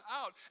out